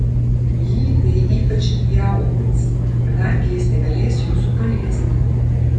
jį tai ypač įaudrins kadangi jis negalės jūsų paliesti